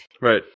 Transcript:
right